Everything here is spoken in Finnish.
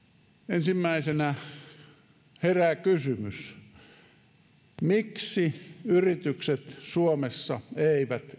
ensimmäisenä herää kysymys miksi yritykset suomessa eivät